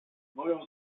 moją